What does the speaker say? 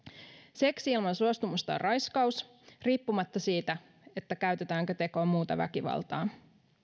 seksi ilman suostumusta on raiskaus riippumatta siitä käytetäänkö tekoon muuta väkivaltaa